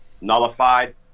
nullified